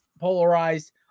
polarized